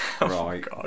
Right